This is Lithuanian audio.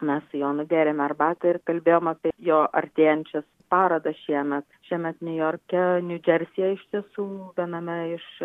mes su jonu gėrėme arbatą ir kalbėjom apie jo artėjančias parodas šiemet šiemet niujorke niu džersyje iš tiesų viename iš